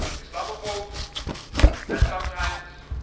islamophobes and sometimes.